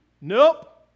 Nope